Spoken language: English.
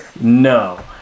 no